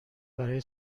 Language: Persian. برای